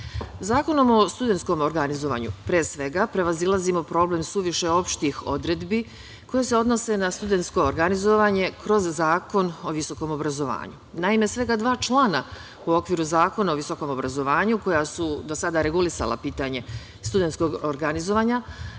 o studentskom organizovanju, pre svega, prevazilazimo problem suviše opštih odredbi koje se odnose na studentsko organizovanje kroz Zakon o visokom obrazovanju. Naime, svega dva člana u okviru Zakona o visokom obrazovanju, koja su do sada regulisala pitanje studentskog organizovanja,